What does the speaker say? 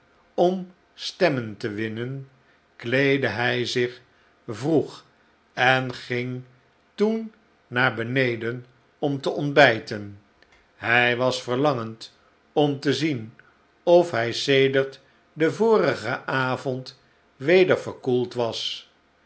om stemmen te winnen kleedde hij zich vroeg en ging toen naar beneden om te ontbijten hij was verlangend om te zien of zij sedert den vorigen avond weder verkoeld was